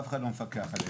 אף אחד לא מפקח עליהם.